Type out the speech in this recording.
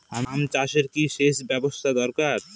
আম চাষে কি সেচ ব্যবস্থা দরকার?